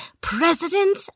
President